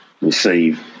receive